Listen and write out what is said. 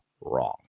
wrong